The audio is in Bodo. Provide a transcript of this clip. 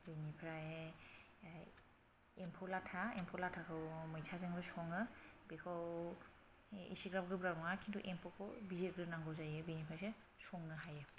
बेनिफ्राय एम्फौ लाथा एम्फौ लाथाखौ मैथाजों सङो बेखौ इसेग्राब गोब्राब नङा खिन्तु एम्फौखौ जिरग्रोनांगौ जायो बेनिफ्रायसो संनो हायो